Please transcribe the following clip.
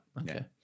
Okay